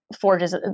forges